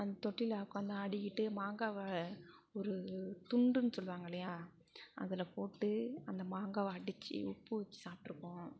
அந்த தொட்டிலில் உட்காந்து ஆடிக்கிட்டு மாங்காவை ஒரு துண்டுன்னு சொல்லுவாங்க இல்லையா அதில் போட்டு அந்த மாங்காவை அடிச்சு உப்பு வச்சு சாப்பிட்ருப்போம்